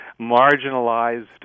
marginalized